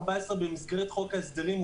במסגרת חוק ההסדרים,